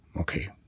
Okay